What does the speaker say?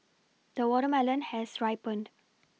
the watermelon has ripened